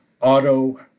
auto